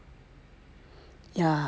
yeah definitely